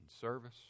service